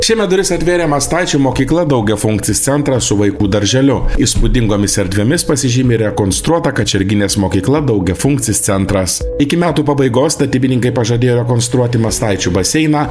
šiemet duris atvėrė mastaičių mokykla daugiafunkcis centras su vaikų darželiu įspūdingomis erdvėmis pasižymi rekonstruota kačerginės mokykla daugiafunkcis centras iki metų pabaigos statybininkai pažadėjo rekonstruoti mastaičių baseiną